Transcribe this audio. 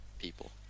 people